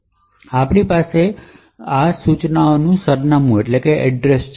અમારી પાસે આ સૂચનાનું સરનામું છે